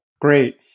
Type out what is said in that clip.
Great